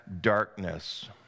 darkness